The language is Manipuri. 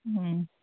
ꯎꯝ